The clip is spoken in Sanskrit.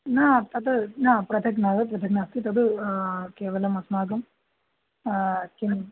न तत् न पृथक् न पृथक् नास्ति तत् केवलम् अस्माकं किं